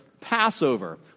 Passover